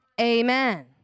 Amen